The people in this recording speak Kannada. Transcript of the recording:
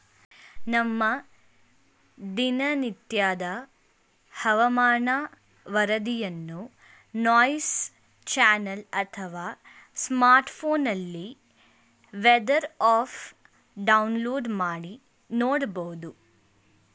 ನಮ್ಮ ದಿನನಿತ್ಯದ ಹವಾಮಾನ ವರದಿಯನ್ನು ನ್ಯೂಸ್ ಚಾನೆಲ್ ಅಥವಾ ಸ್ಮಾರ್ಟ್ಫೋನ್ನಲ್ಲಿ ವೆದರ್ ಆಪ್ ಡೌನ್ಲೋಡ್ ಮಾಡಿ ನೋಡ್ಬೋದು